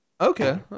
okay